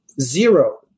zero